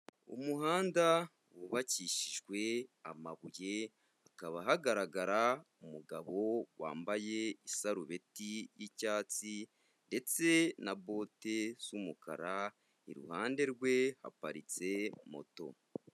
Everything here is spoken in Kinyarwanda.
Umuhanda wubakishijwe amabuye, hakaba hagaragara umugabo wambaye isarubeti y'icyatsi, ndetse na boti z'umukara, iruhande rwe haparitse moto.